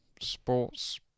Sports